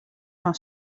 fan